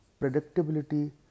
predictability